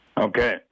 Okay